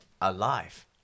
alive